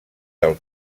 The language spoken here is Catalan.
del